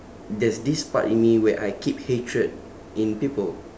there's this part in me where I keep hatred in people